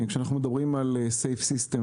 כאשר אנחנו מדברים על safe system,